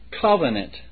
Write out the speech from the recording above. covenant